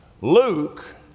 Luke